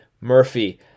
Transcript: Murphy